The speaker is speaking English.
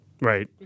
Right